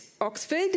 Oxford